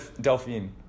Delphine